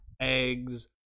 eggs